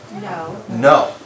No